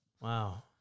Wow